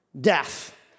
death